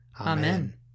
Amen